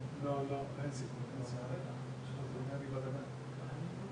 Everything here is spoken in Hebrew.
מדברת רק על פינוי בינוי, אני מדברת על